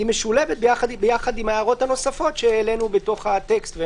היא משולבת עם ההערות הנוספות שהעלינו בטקסט.